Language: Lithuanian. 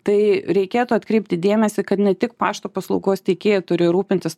tai reikėtų atkreipti dėmesį kad ne tik pašto paslaugos teikėjai turi rūpintis